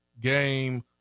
game